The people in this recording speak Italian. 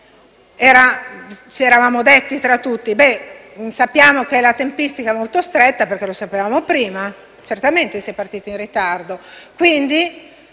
Ci eravamo detti tutti: sappiamo che la tempistica è molto stretta (perché lo sapevamo prima, certamente si è partiti in ritardo), quindi